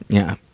yeah,